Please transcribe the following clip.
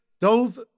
Dove